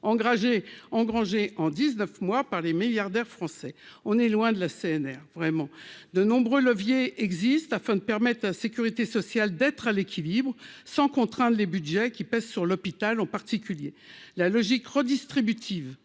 engrangés en 19 mois par les milliardaires français, on est loin de la CNR vraiment de nombreux leviers existent afin de permettre à la sécurité sociale, d'être à l'équilibre, sans les Budgets qui pèsent sur l'hôpital, en particulier la logique redistributive